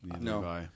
No